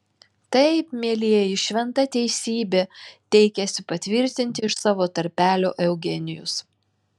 taip mielieji šventa teisybė teikėsi patvirtinti iš savo tarpelio eugenijus